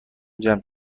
جمع